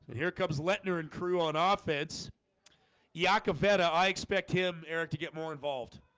here comes let nur and crew on offense yakavetta, i expect him eric to get more involved